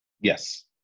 Yes